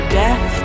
death